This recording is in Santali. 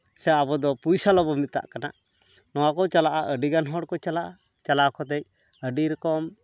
ᱥᱮ ᱟᱵᱚᱫᱚ ᱯᱩᱭ ᱥᱟᱞᱚᱵᱚᱱ ᱢᱮᱛᱟᱜ ᱠᱟᱱᱟ ᱱᱚᱣᱟ ᱠᱚ ᱪᱟᱞᱟᱜᱼᱟ ᱟᱹᱰᱤᱜᱟᱱ ᱦᱚᱲᱠᱚ ᱪᱟᱞᱟᱜᱼᱟ ᱪᱟᱞᱟᱣ ᱠᱟᱛᱮᱫ ᱟᱹᱰᱤ ᱨᱚᱠᱚᱢ